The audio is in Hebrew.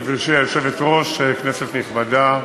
גברתי היושבת-ראש, כנסת נכבדה,